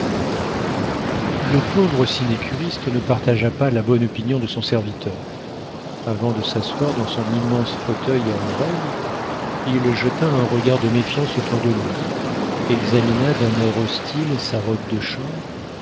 le pauvre sinécuriste ne partagea pas la bonne opinion de son serviteur avant de s'asseoir dans son immense fauteuil à oreilles il jeta un regard de méfiance autour de lui examina d'un air hostile sa robe de chambre